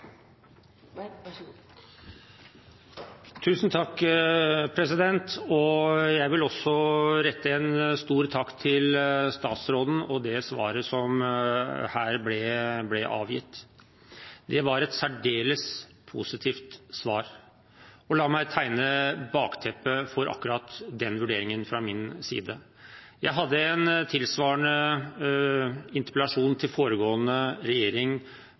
her ble avgitt. Det var et særdeles positivt svar, og la meg tegne bakteppet for akkurat den vurderingen fra min side: Jeg hadde en tilsvarende interpellasjon til foregående regjering